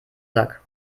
sack